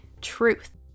truth